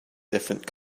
different